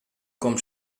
com